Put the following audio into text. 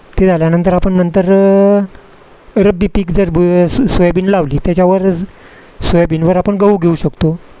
ते झाल्यानंतर आपण नंतर रब्बी पीक जर ब सो सोयाबीन लावली त्याच्यावर सोयाबीनवर आपण गहू घेऊ शकतो